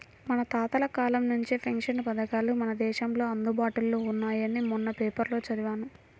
మన తాతల కాలం నుంచే పెన్షన్ పథకాలు మన దేశంలో అందుబాటులో ఉన్నాయని మొన్న పేపర్లో చదివాను